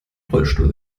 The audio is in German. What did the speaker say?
rollstuhl